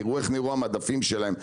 תראו איך נראו המדפים שלהם,